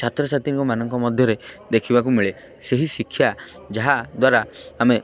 ଛାତ୍ରଛାତ୍ରୀଙ୍କ ମାନଙ୍କ ମଧ୍ୟରେ ଦେଖିବାକୁ ମିଳେ ସେହି ଶିକ୍ଷା ଯାହାଦ୍ୱାରା ଆମେ